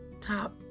top